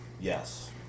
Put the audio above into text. yes